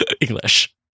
English